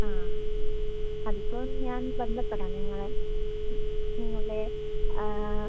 ആ അത് ഇപ്പോൾ ഞാൻ ബന്ധപ്പെടാം നിങ്ങളെ നിങ്ങളെ